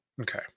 Okay